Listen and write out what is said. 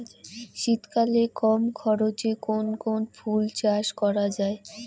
শীতকালে কম খরচে কোন কোন ফুল চাষ করা য়ায়?